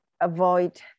avoid